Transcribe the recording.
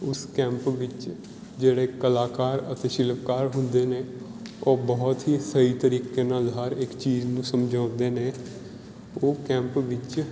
ਉਸ ਕੈਂਪ ਵਿੱਚ ਜਿਹੜੇ ਕਲਾਕਾਰ ਅਤੇ ਸ਼ਿਲਪਕਾਰ ਹੁੰਦੇ ਨੇ ਉਹ ਬਹੁਤ ਹੀ ਸਹੀ ਤਰੀਕੇ ਨਾਲ ਹਰ ਇੱਕ ਚੀਜ਼ ਨੂੰ ਸਮਝਾਉਂਦੇ ਨੇ ਉਹ ਕੈਂਪ ਵਿੱਚ